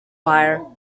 fire